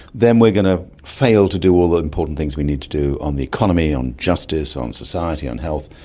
then we're going to fail to do all the important things we need to do on the economy, on justice, on society, on health.